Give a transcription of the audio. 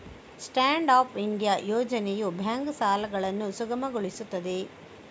stand up India ಯೋಜನೆಯು bank ಸಾಲಗಳನ್ನು ಸುಗಮಗೊಳಿಸುತ್ತದೆ